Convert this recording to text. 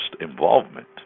involvement